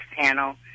panel